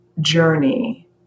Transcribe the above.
journey